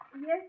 Yes